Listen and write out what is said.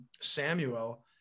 Samuel